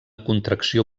contracció